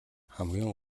хамгийн